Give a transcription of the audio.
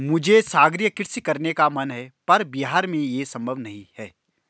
मुझे सागरीय कृषि करने का मन है पर बिहार में ये संभव नहीं है